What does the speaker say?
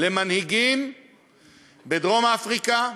למנהיגים בדרום-אפריקה,